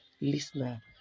listener